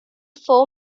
for